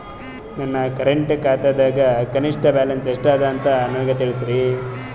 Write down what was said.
ನನ್ನ ಕರೆಂಟ್ ಖಾತಾದಾಗ ಕನಿಷ್ಠ ಬ್ಯಾಲೆನ್ಸ್ ಎಷ್ಟು ಅದ ಅಂತ ನನಗ ತಿಳಸ್ರಿ